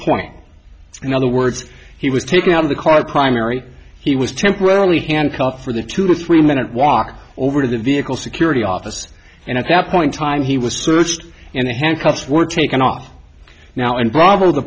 point in other words he was taken out of the car primary he was temporarily handcuffed for the two to three minute walk over to the vehicle security office and at that point time he was searched and the handcuffs were taken off now and bravo the